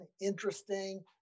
interesting